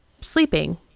sleeping